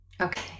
Okay